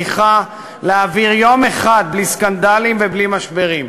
מצליחה להעביר יום אחד בלי סקנדלים ובלי משברים.